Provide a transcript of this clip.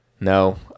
No